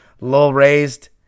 low-raised